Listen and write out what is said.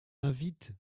invite